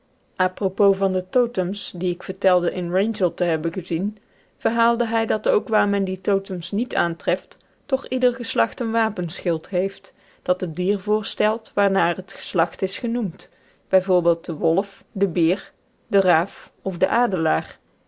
a propos van de totems die ik vertelde in wrangell te hebben gezien verhaalde hij dat ook waar men die totems niet aantreft toch ieder geslacht een wapenschild heeft dat het dier voorstelt waarnaar het geslacht is genoemd bijv den wolf den beer den raaf of den adelaar